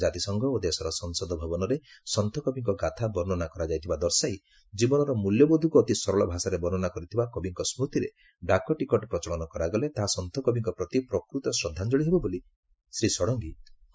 ଜାତିସଂଘ ଓ ଦେଶର ସଂସଦ ଭବନରେ ସନ୍ତୁକବିଙ୍କ ଗାଥା ବର୍ଷ୍ଣନା କରାଯାଇଥିବା ଦର୍ଶାଇ ଜୀବନର ମୂଲ୍ୟବୋଧକୁ ଅତି ସରଳ ଭାଷାରେ ବର୍ଷ୍ଣନା କରିଥିବା କବିଙ୍କ ସ୍କତିରେ ଡାକଟିକେଟ ପ୍ରଚଳନ କରାଗଲେ ତାହା ସନ୍ତୁ କବିଙ୍କ ପ୍ରତି ପ୍ରକୃତ ଶ୍ରଦ୍ଧାଞ୍ଚଳି ହେବ ବୋଲି ମନ୍ତ୍ରୀ ଶ୍ରୀ ଷଡଙ୍ଗୀ କହିଛନ୍ତି